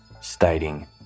stating